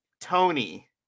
Tony